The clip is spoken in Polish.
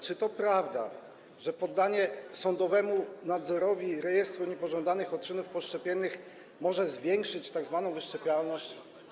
Czy to prawda, że poddanie sądowemu nadzorowi rejestru niepożądanych odczynów poszczepiennych może zwiększyć tzw. wyszczepialność?